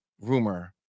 Rumor